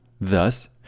Thus